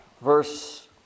verse